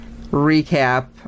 recap